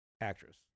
actress